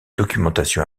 documentation